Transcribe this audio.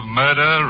murder